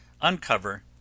Uncover